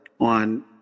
on